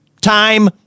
time